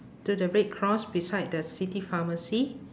to the red cross beside the city pharmacy